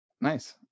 Nice